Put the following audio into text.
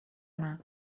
anar